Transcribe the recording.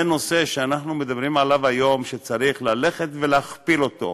זה נושא שאנחנו מדברים עליו היום שצריך ללכת ולהכפיל אותו,